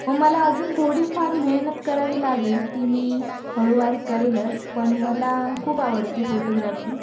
व मला अजून थोडीफार मेहनत करावी लागेल ती मी हळूवार करेलच पण मला खूप आवडते फोटोग्राफी